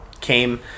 came